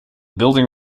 building